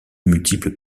multiples